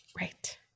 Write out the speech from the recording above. Right